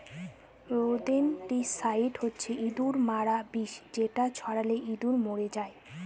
rodenticide হচ্ছে ইঁদুর মারার বিষ যেটা ছড়ালে ইঁদুর মরে যায়